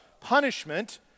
punishment